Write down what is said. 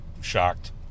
shocked